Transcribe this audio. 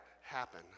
happen